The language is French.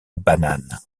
banane